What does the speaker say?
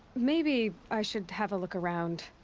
maybe. i should have a look around.